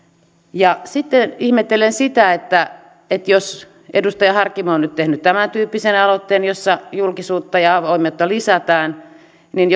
sitten ihmettelen sitä että että jos edustaja harkimo on nyt tehnyt tämäntyyppisen aloitteen jossa julkisuutta ja avoimuutta lisätään niin